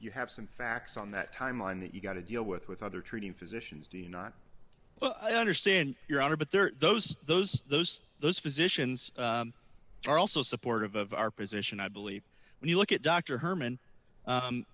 you have some facts on that timeline that you've got to deal with with other treating physicians do you not well i understand your honor but there are those those those those positions are also supportive of our position i believe when you look at dr herman